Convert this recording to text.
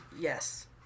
Yes